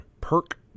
Perk